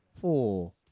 four